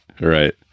Right